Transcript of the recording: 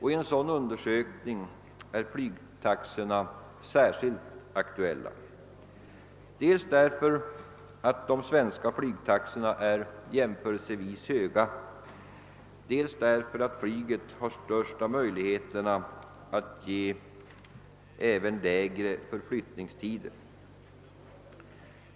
I en sådan undersökning är flygtaxorna särskilt aktuella, dels därför att de svenska flygtaxorna är jämförelsevis höga, dels därför att flyget har de största möjligheterna att också ge kortare förflyttningstider.